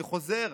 אני חוזר: